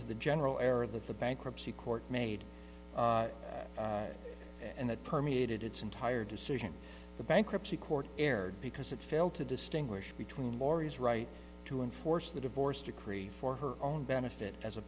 to the general area that the bankruptcy court made and that permeated its entire decision the bankruptcy court erred because it failed to distinguish between moreas right to enforce the divorce decree for her own benefit as a